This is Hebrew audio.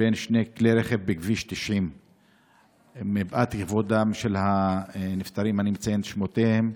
בין שני כלי רכב בכביש 90. מפאת כבודם של הנפטרים אני מציין את שמותיהם: